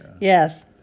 Yes